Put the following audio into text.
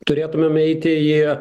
turėtumėm eiti į